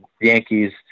Yankees